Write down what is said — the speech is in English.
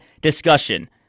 discussion